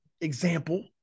example